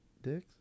Dicks